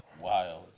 Wild